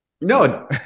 No